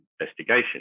investigation